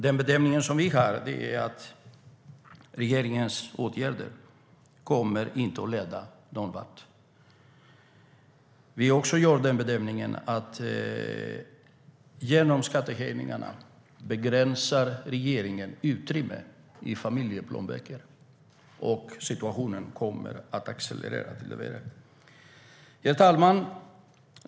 Den bedömning vi gör är att regeringens åtgärder inte kommer att leda någon vart. Vi gör också bedömningen att regeringen genom skattehöjningarna begränsar utrymmet i familjeplånböckerna, och situationen kommer att accelerera och bli värre. Herr talman!